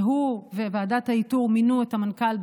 והוא וועדת האיתור מינו את המנכ"ל,